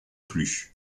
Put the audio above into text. plus